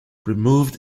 removed